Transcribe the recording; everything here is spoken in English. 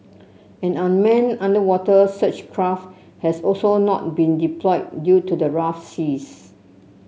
and an manned underwater search craft has also not been deployed due to the rough seas